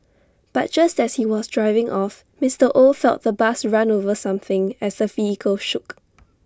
but just as he was driving off Mister oh felt the bus run over something as the vehicle shook